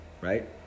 right